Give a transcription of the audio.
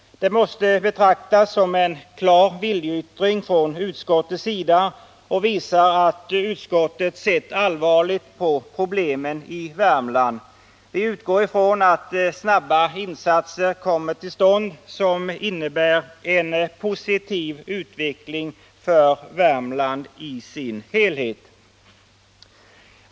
Detta måste betraktas som en klar viljeyttring från utskottets sida, och det visar att utskottet sett allvarligt på problemen i Värmland. Vi utgår ifrån att snabba insatser kommer till stånd som innebär en positiv utveckling för Värmland i dess helhet.